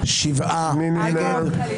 הצבעה לא אושרו.